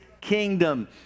kingdom